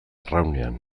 arraunean